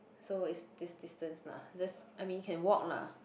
so is this distance mah that's I mean can walk lah